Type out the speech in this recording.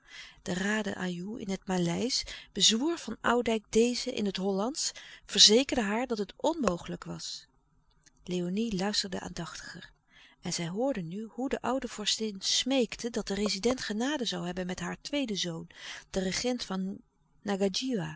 had de raden ajoe in het maleisch bezwoer van oudijck deze in het hollandsch verzekerde haar dat het onmogelijk was léonie luisterde aandachtiger en zij hoorde nu hoe de oude vorstin smeekte dat de rezident genade louis couperus de stille kracht zoû hebben met haar tweeden zoon den regent van